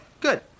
good